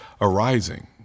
arising